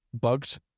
bugs